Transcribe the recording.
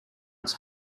its